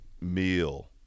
meal